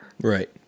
Right